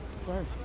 Sorry